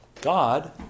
God